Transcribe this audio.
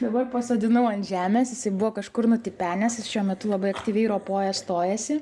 dabar pasodinau ant žemės jisai buvo kažkur nutipenęs jis šiuo metu labai aktyviai ropoja stojasi